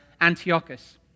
Antiochus